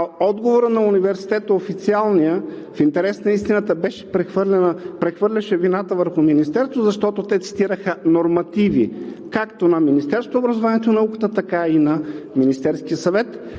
отговор на университета в интерес на истината прехвърляше вината върху Министерството, защото те цитираха нормативи – както на Министерството на образованието и науката, така и на Министерския съвет.